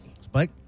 Spike